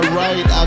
right